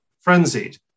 frenzied